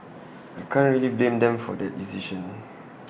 I can't really blame them for that decision